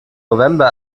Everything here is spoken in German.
november